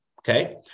Okay